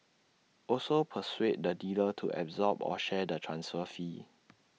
also persuade the dealer to absorb or share the transfer fee